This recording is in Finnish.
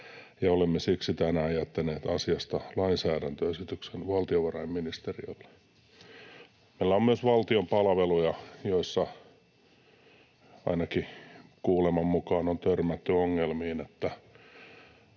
olemme siksi tänään jättäneet asiasta lainsäädäntöesityksen valtiovarainministeriölle.” Meillä on myös valtion palveluja, joissa ainakin kuuleman mukaan on törmätty ongelmiin: